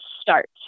start